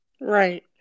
Right